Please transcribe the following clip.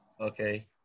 Okay